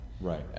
right